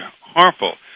harmful